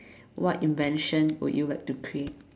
what invention would you like to create